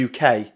UK